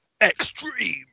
Extreme